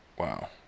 Wow